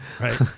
right